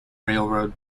railroad